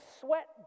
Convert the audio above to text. sweat